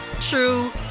true